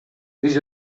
биз